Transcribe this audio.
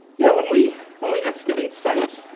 yeah, when we when we excavate sites,